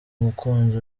umukunzi